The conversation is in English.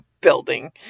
building